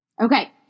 Okay